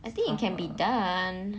I think it can be done